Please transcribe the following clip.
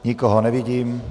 Nikoho nevidím.